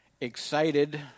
excited